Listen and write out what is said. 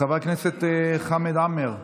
חבר הכנסת חמד עמאר,